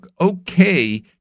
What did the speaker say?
okay